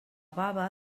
baba